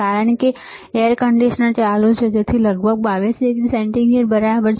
કારણ કે air conditioner ચાલુ છેતેથી લગભગ 22 ડિગ્રી સેન્ટીગ્રેડ બરાબર છે